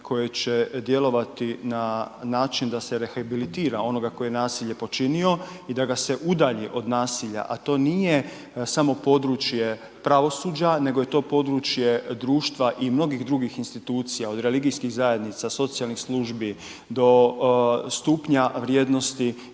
koji će djelovati na način da se rehabilitira onoga koji je nasilje počinio i da ga se udalji od nasilja, a to nije samo područje pravosuđa, nego je to područje društva i mnogih drugih institucija, od religijskih zajednica, socijalnih službi do stupnja vrijednosti